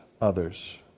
others